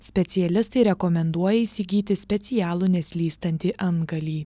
specialistai rekomenduoja įsigyti specialų neslystantį antgalį